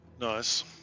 Nice